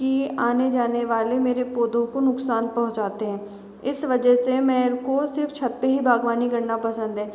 कि आने जाने वाले मेरे पौधों को नुकसान पहुँचाते हैं इस वजह से मैं इनको सिर्फ छत पे ही बागवानी करना पसंद है